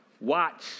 watch